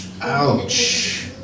Ouch